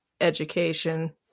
education